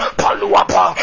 paluapa